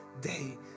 day